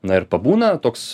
na ir pabūna toks